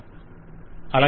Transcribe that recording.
client అలాగే